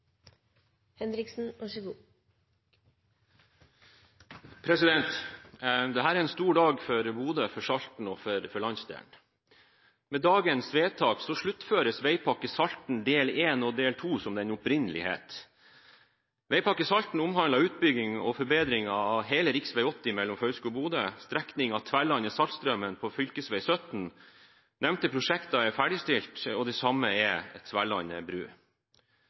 for landsdelen. Med dagens vedtak sluttføres Veipakke Salten fase 1 og fase 2, som den opprinnelig het. Veipakke Salten omhandlet utbygging og forbedring av hele rv. 80 mellom Fauske og Bodø og strekningen Tverlandet–Saltstraumen på fv. 17. De nevnte prosjektene er ferdigstilt, og det samme er Tverlandet bru.